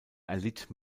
erlitt